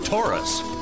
Taurus